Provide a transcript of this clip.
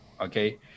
okay